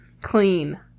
Clean